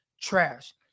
trash